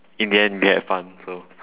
in the end we had fun so